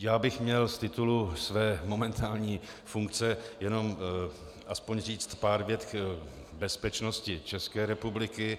Já bych měl z titulu své momentální funkce jenom aspoň říct pár vět k bezpečnosti České republiky.